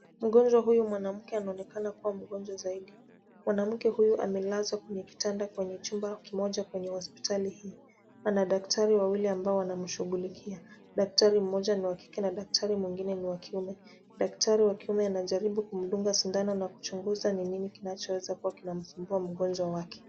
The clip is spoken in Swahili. Mgonjwa huyu mwanamke anaonekana kuwa mgonjwa zaidi. Mwanamke huyu amelazwa kwenye kitanda kwenye chumba kimoja kwenye hospitali hii. Ana daktari wawili ambao wanamshughulikia. Daktari mmoja ni wa kike na daktari mwingine ni wa kiume. Daktari wa kiume anajaribu kumdunga sindano na kuchunguza ni nini kinachoweza kuwa kinamsumbua mgonjwa wake.